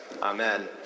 amen